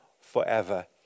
forever